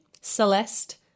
Celeste